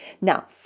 Now